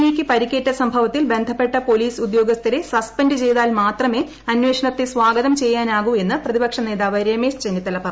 A യ്ക്കു പരിക്കേറ്റ സംഭവത്തിൽ ബന്ധപ്പെട്ട പോലീസ് ഉദ്യോഗസ്ഥരെ സസ്പെന്റു ചെയ്താർത് മാത്രമേ അന്വേഷണത്തെ സ്വാഗതം ചെയ്യാനാകൂ എന്ന് പ്രതിപക്ഷ നേതാവ് രമേശ് ചെന്നിത്തല പറഞ്ഞു